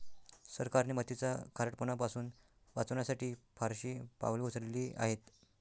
सरकारने मातीचा खारटपणा पासून वाचवण्यासाठी फारशी पावले उचलली आहेत